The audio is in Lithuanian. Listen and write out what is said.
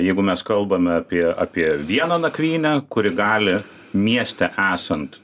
jeigu mes kalbame apie apie vieną nakvynę kuri gali mieste esant